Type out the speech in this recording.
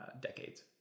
decades